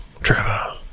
Trevor